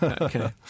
Okay